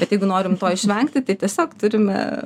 bet jeigu norim to išvengti tai tiesiog turime